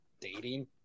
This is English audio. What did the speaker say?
dating